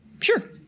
Sure